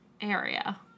area